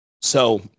So-